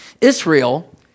Israel